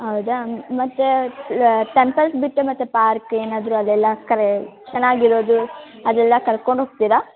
ಹೌದ ಮತ್ತೆ ಟೆಂಪಲ್ಸ್ ಬಿಟ್ಟು ಮತ್ತೆ ಪಾರ್ಕ್ ಏನಾದ್ರೂ ಅದೆಲ್ಲ ಕರೇ ಚೆನ್ನಾಗಿರೋದು ಅದೆಲ್ಲ ಕರ್ಕೊಂಡೋಗ್ತೀರಾ